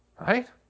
Right